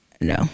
no